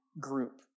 group